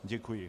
Děkuji.